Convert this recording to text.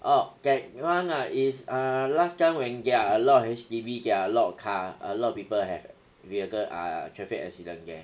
oh that one ah is err last time when there are a lot of H_D_B there are a lot car a lot of people have vehicle err traffic accident there